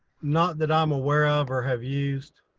not that i'm aware of or have used.